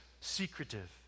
secretive